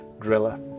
Driller